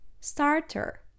Starter